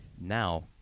now